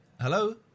Hello